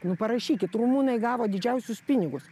nu parašykit rumunai gavo didžiausius pinigus